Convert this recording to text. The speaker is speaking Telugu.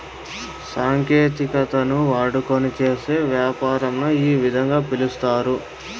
సాంకేతికతను వాడుకొని చేసే యాపారంను ఈ విధంగా పిలుస్తారు